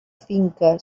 finca